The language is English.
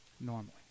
normally